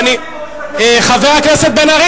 בעיניים, אדוני,